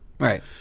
Right